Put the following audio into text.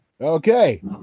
Okay